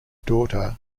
daughter